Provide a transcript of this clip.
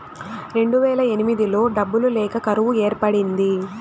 రెండువేల ఎనిమిదిలో డబ్బులు లేక కరువు ఏర్పడింది